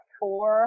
four